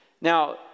Now